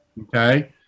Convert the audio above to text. Okay